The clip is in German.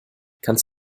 kannst